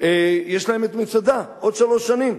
יש להם מצדה, עוד שלוש שנים,